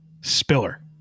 Spiller